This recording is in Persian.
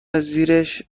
زیرش